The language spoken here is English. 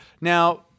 now